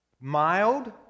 mild